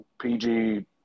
PG